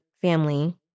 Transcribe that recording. family